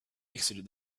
exited